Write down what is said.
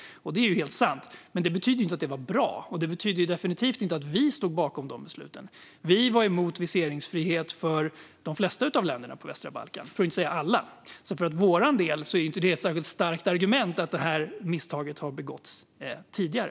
Det är helt sant, men det betyder ju inte att det var bra - och det betyder definitivt inte att vi stod bakom de besluten. Vi var emot viseringsfrihet för de flesta av länderna på västra Balkan, för att inte säga alla. För vår del är det alltså inte ett särskilt starkt argument att det här misstaget har begåtts tidigare.